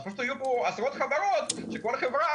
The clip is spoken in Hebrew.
יהיו כאן עשרות חברות שכל חברה,